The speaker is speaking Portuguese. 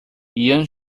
yan